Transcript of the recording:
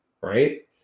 right